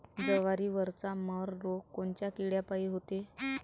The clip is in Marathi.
जवारीवरचा मर रोग कोनच्या किड्यापायी होते?